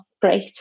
great